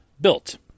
built